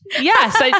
Yes